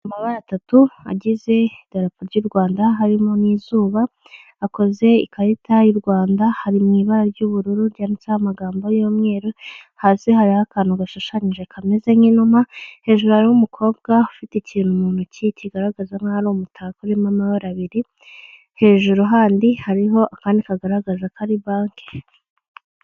Amabara atatu agize idarapo ry'u Rwanda harimo n'izuba, akoze ikarita y'u Rwanda ari mu ibara ry'ubururu ryanditseho amagambo y'umweru, hasi hariho akantu gashushanyije kameze nk'inuma, hejuru hari umukobwa ufite ikintu mu ntoki kigaragaza nk'aho ari umutako uririmo amabara abiri, hejuru handi hariho akandi kagaragaza ko ari banki.